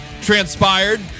transpired